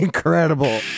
Incredible